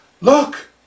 Look